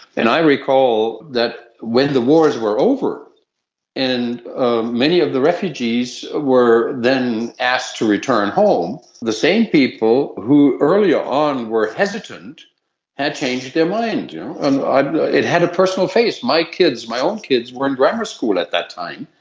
and i recall that when the wars were over and many of the refugees were then asked to return home, the same people who earlier on were hesitant had changed their mind. yeah and but it had a personal face. my kids, my own kids were in grammar skill at that time,